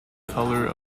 colour